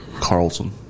Carlson